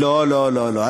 לא לא לא,